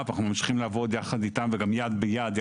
ואנחנו ממשיכים לעבוד יחד איתם וגם יד ביד.